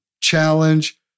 challenge